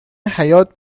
حیات